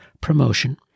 promotion